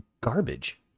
garbage